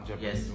Yes